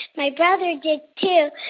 my brother did, too.